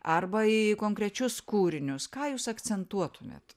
arba į konkrečius kūrinius ką jūs akcentuotumėt